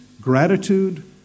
gratitude